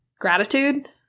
gratitude